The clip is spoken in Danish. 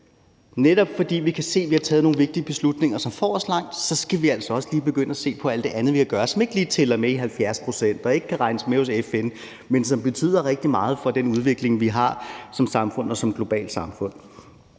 netop fordi vi kan se, at vi har taget nogle vigtige beslutninger, som får os langt, så skal vi altså også begynde at se på alt det andet, vi kan gøre, som ikke lige tæller med i 70 pct. og ikke kan regnes med hos FN, men som betyder rigtig meget for den udvikling, vi har som samfund og som globalt samfund.